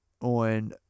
On